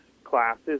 Classes